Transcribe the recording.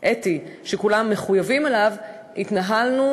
אתי שכולם מחויבים אליו התנהלנו,